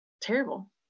terrible